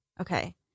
Okay